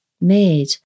made